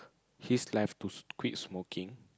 his life to quit smoking